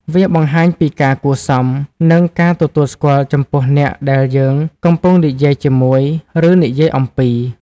វាបង្ហាញពីការគួរសម និងការទទួលស្គាល់ចំពោះអ្នកដែលយើងកំពុងនិយាយជាមួយ ឬនិយាយអំពី។